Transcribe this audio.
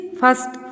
first